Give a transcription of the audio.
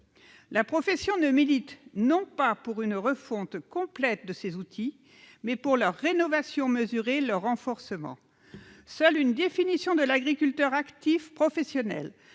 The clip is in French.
La profession ne milite pas pour une refonte complète de ces outils, mais pour leur rénovation mesurée et leur renforcement. Seule une définition de l'agriculteur actif professionnel,